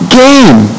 game